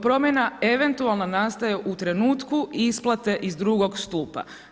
Promjena eventualna nastaje u trenutku isplate iz drugog stupa.